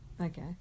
Okay